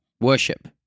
worship